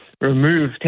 remove